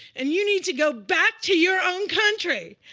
and you need to go back to your own country,